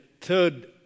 third